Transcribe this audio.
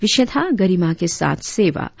विषय था गरिमा के साथ सेवा